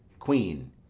queen.